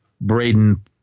Braden